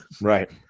Right